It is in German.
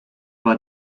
war